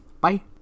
bye